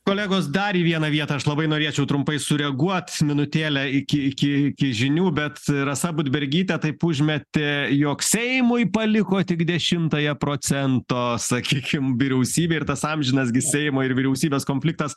kolegos dar į vieną vietą aš labai norėčiau trumpai sureaguot minutėlę iki iki iki žinių bet rasa budbergytė taip užmetė jog seimui paliko tik dešimtąją procento sakykim vyriausybė ir tas amžinas gi seimo ir vyriausybės konfliktas